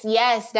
yes